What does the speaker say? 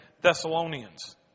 Thessalonians